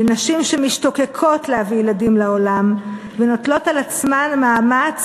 לנשים שמשתוקקות להביא ילדים לעולם ונוטלות על עצמן מאמץ